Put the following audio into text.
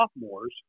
sophomores